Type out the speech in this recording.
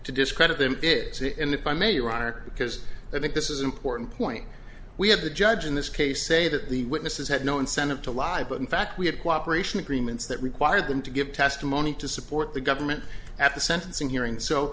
to discredit them pits and if i may you are because i think this is an important point we have the judge in this case say that the witnesses had no incentive to lie but in fact we had cooperation agreements that require them to give testimony to support the government at the sentencing hearing so